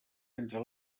entre